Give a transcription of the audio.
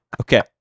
Okay